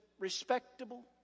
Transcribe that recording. respectable